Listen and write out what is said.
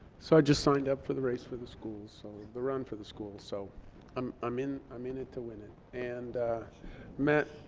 so i just signed up for the race for the schools, the run for the schools, so um i'm in i mean it to win it. and met,